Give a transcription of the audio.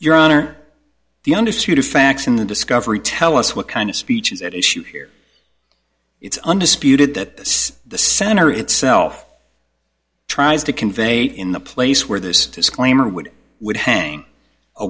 your honor the underside of facts in the discovery tell us what kind of speech is at issue here it's undisputed that the center itself tries to convey in the place where this disclaimer would would hang a